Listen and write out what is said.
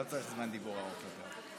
לא צריך זמן דיבור ארוך מדי.